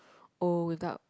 old without